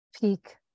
peak